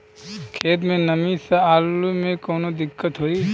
खेत मे नमी स आलू मे कऊनो दिक्कत होई?